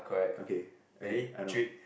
okay okay I know